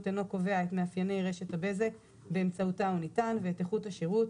אינו קובע את מאפייני רשת הבזק באמצעותה הוא ניתן ואת איכות השירות,